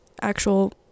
actual